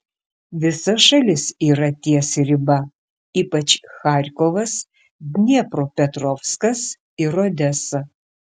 visa šalis yra ties riba ypač charkovas dniepropetrovskas ir odesa